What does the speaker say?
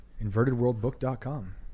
invertedworldbook.com